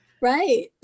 Right